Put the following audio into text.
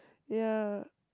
ya